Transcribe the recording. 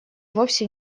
вовсе